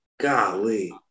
Golly